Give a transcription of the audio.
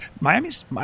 Miami's